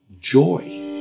joy